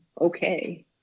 okay